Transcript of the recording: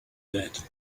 that